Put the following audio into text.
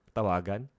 tawagan